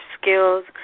skills